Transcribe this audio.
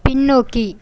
பின்னோக்கி